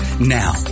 Now